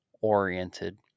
oriented